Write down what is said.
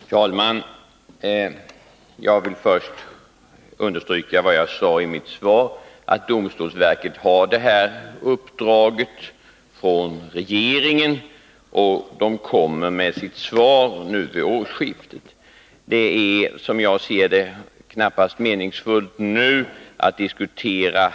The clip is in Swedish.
Herr talman! Jag vill först understryka vad jag sade i svaret, nämligen att domstolsverket har fått detta uppdrag från regeringen och kommer med sitt svar vid årsskiftet. Det är, som jag ser det, knappast meningsfullt att nu och här diskutera